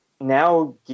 now